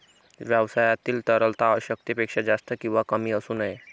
व्यवसायातील तरलता आवश्यकतेपेक्षा जास्त किंवा कमी असू नये